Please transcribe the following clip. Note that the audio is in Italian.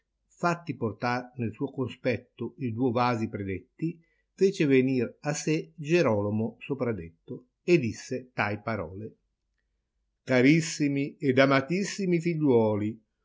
l'atti portar nel suo conspetto i duo vasi predetti fece venir a se gierolomo sopradetto e disse tai parole carissimi ed amatissimi figliuoli